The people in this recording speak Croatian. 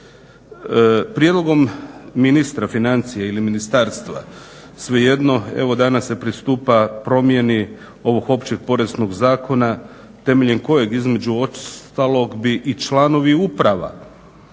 Prijedlogom ministra financija ili ministarstva, svejedno evo danas se pristupa promjeni ovog Općeg poreznog zakona temeljem kojeg između ostalog bi i članovi uprava